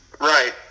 right